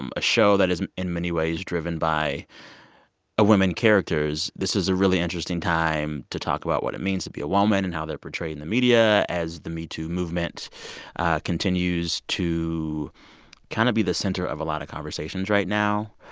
um a show that is in many ways driven by women characters, this is a really interesting time to talk about what it means to be a woman and how they're portrayed in the media as the metoo movement continues to kind of be the center of a lot of conversations right now.